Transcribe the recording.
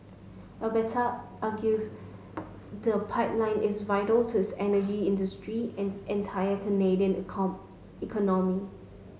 Alberta argues the pipeline is vital to its energy industry and entire Canadian cone economy